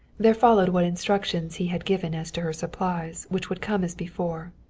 there followed what instructions he had given as to her supplies, which would come as before.